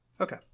okay